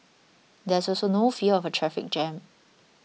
there's also no fear of a traffic jam